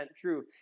true